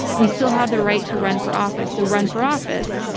we still have the right to run for office, so run for office.